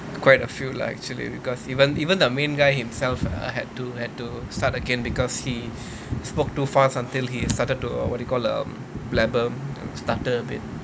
quite a few lah actually because even even the main guy himself had to had to start again because he spoke too fast until he started to what you call um blabber stutter a bit